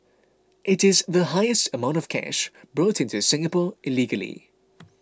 it is the highest amount of cash brought into Singapore illegally